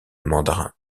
mandarin